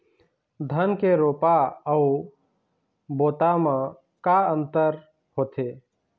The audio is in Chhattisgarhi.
धन के रोपा अऊ बोता म का अंतर होथे?